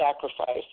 sacrifice